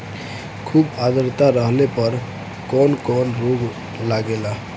खुब आद्रता रहले पर कौन कौन रोग लागेला?